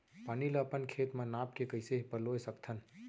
पानी ला अपन खेत म नाप के कइसे पलोय सकथन?